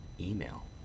email